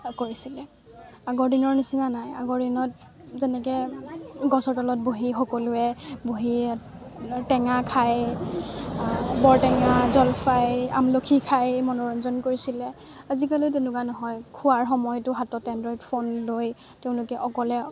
কৰিছিলে আগৰ দিনৰ নিচিনা নাই আগৰ দিনত যেনেকৈ গছৰ তলত বহি সকলোৱে বহি টেঙা খায় বৰ টেঙা জলফাই আমলখি খাই মনোৰঞ্জন কৰিছিলে আজিকালি তেনেকুৱা নহয় খোৱাৰ সময়তো হাতত এনড্ৰইড ফোন লৈ তেওঁলোকে অকলে